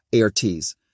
ARTs